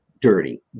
dirty